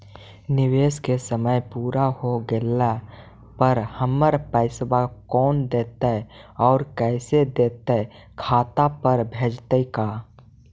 निवेश के समय पुरा हो गेला पर हमर पैसबा कोन देतै और कैसे देतै खाता पर भेजतै का?